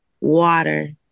water